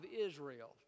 Israel